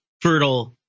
fertile